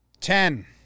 Ten